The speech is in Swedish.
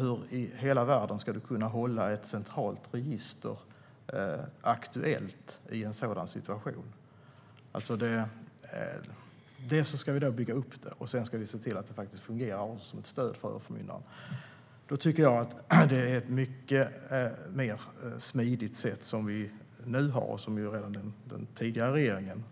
Hur i hela världen ska ett centralt register kunna hållas aktuellt i en sådan situation? Först ska registret byggas, och sedan ska det fungera som ett stöd för överförmyndaren. Det är nu mer smidigt med den nya lagstiftningen - som den tidigare regeringen